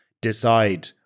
decide